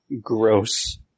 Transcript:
Gross